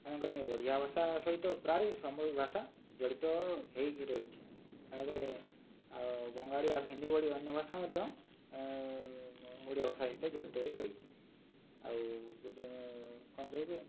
ତେଣୁକରି ଓଡ଼ିଆଭାଷା ସହିତ ପ୍ରାୟ ଭାଷା ଜଡ଼ିତ ହେଇକି ରହିଛି ତେଣୁକରି ଆଉ ବଙ୍ଗାଳୀ ଆଉ ହିନ୍ଦୀ ଭଳି ଅନ୍ୟ ଭାଷା ମଧ୍ୟ ଓଡ଼ିଆଭାଷା ସହିତ ଜଡ଼ିତ ହୋଇ ରହିଛି ଆଉ କ'ଣ କହିବି